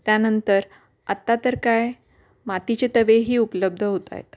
त्यानंतर आत्ता तर काय मातीचे तवेही उपलब्ध होत आहेत